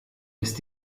ist